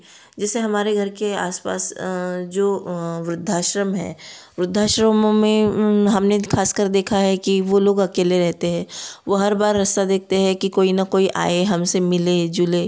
जैसे हमारे घर के आस पास जो वृद्धाश्रम है वृद्धाश्रमों में हमने खास कर देखा है कि वे लोग अकेले रहते हैं वे हर बार रास्ता देखते हैं कि कोई ना कोई आए हमसे मिले जुले